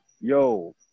Yo